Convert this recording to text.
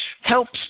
helps